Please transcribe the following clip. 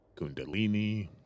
kundalini